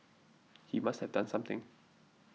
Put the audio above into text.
he must have done something